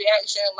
reaction